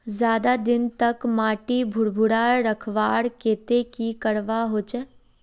ज्यादा दिन तक माटी भुर्भुरा रखवार केते की करवा होचए?